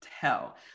tell